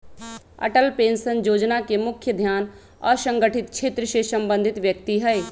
Atal pension जोजना के मुख्य ध्यान असंगठित क्षेत्र से संबंधित व्यक्ति हइ